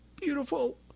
beautiful